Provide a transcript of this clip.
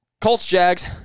Colts-Jags